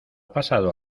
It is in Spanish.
pasado